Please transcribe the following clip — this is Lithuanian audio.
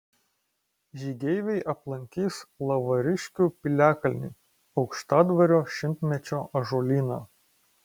žygeiviai aplankys lavariškių piliakalnį aukštadvario šimtmečio ąžuolyną